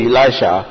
Elisha